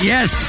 Yes